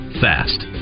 fast